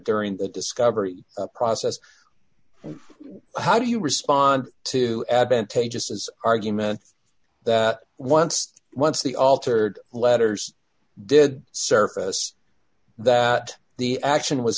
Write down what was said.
during the discovery process how do you respond to advantages as argument that once once the altered letters did surface that the action was